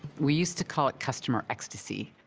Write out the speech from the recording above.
we used to call it customer ecstasy.